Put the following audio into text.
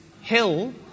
hill